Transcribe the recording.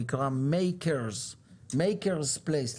מייקרס פלייס,